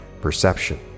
perception